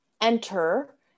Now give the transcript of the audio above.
enter